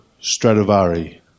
Stradivari